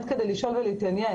כדי לשאול ולהתעניין.